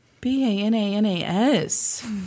B-A-N-A-N-A-S